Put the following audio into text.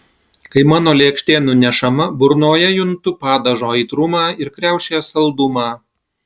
kai mano lėkštė nunešama burnoje juntu padažo aitrumą ir kriaušės saldumą